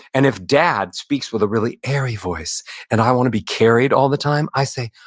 and if dad speaks with a really airy voice and i want to be carried all the time, i say,